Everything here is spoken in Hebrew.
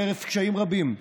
חרף קשיים רבים,